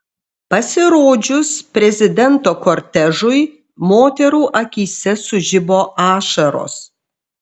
pasirodžius prezidento kortežui moterų akyse sužibo ašaros